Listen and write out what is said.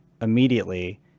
immediately